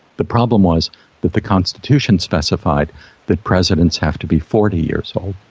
the problem was that the constitution specified that presidents have to be forty years old.